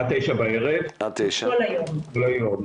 עד 21:00 כל היום.